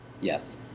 yes